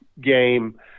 game